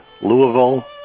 Louisville